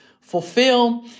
fulfill